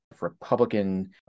Republican